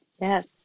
Yes